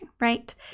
right